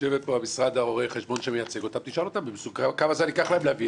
משרד החינוך יסביר איך הוא מיישב